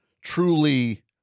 truly